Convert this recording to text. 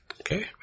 Okay